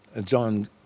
john